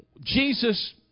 Jesus